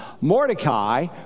Mordecai